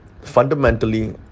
Fundamentally